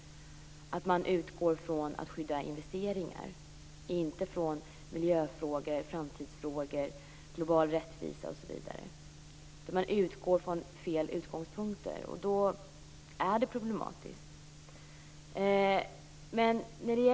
Man utgår också från att skydda investeringar. Man utgår inte från miljöfrågor, framtidsfrågor, global rättvisa, osv. Man har fel utgångspunkter. Då är det problematiskt.